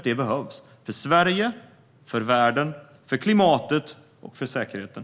Det behövs för Sverige, för världen, för klimatet och för säkerheten.